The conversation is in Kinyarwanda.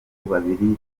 babiri